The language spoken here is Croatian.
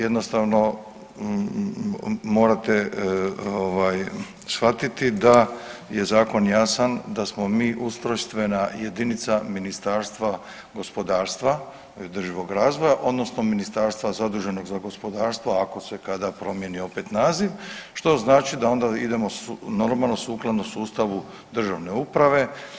Jednostavno morate shvatiti da je zakon jasan, da smo mi ustrojstvena jedinica Ministarstvo gospodarstva i održivog razvoja, odnosno ministarstva zaduženog za gospodarstvo, ako se kada promijeni opet naziv, što znači da onda idemo normalno, sukladno sustavu državne uprave.